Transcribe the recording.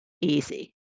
easy